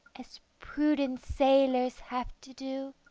as prudent sailors have to do